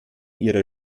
ihrer